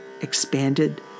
expanded